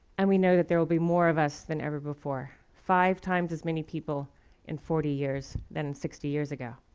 and we know that there will be more of us than ever before five times as many people in forty years than sixty years ago.